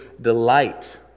Delight